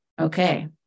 Okay